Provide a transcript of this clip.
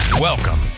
Welcome